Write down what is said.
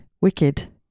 Wicked